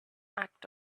act